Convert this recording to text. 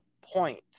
Point